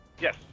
Yes